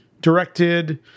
directed